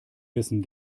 wissen